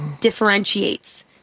differentiates